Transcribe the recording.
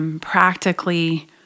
Practically